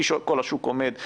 כי כל השוק עומד.